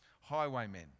highwaymen